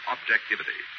Objectivity